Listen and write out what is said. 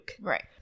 Right